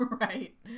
right